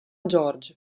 george